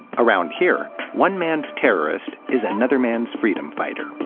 around here, one man's terrorist is another man's freedom fighter.